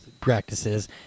practices